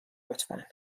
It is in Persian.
لطفا